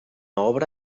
obra